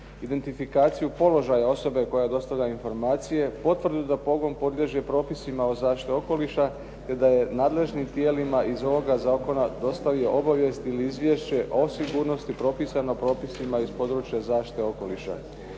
identifikaciju položaja osoba koja dostavlja informacije, potvrdu da pogon podliježe propisima o zaštiti okoliša te da je nadležnim tijelima iz ovoga zakona dostavio obavijesti ili izvješće o sigurnosti propisano propisima iz područja zaštite okoliša.